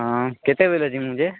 ହଁ କେତେବେଲେ ଜିମୁ ଯେ